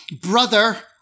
Brother